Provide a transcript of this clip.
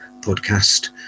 podcast